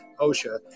OSHA